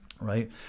Right